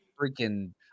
freaking